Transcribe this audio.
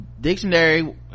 dictionary